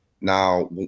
Now